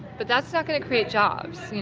but that's not going to create jobs.